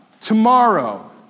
Tomorrow